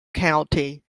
county